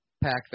pack